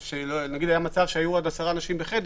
נגיד שהיה מצב שהגביל עד 10 בחר,